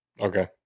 Okay